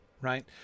right